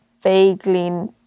vaguely